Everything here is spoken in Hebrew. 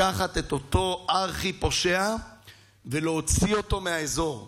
לקחת את אותו ארכי-פושע ולהוציא אותו מהאזור,